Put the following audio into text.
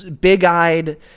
big-eyed